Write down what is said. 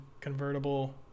convertible